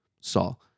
Saul